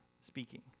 speaking